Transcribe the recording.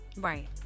Right